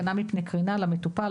הגנה מפני קרינה למטופל,